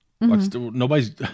Nobody's